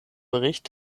bericht